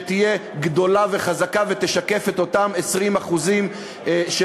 שתהיה גדולה וחזקה ותשקף את אותם 20% של